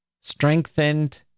strengthened